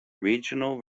regional